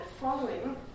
following